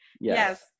Yes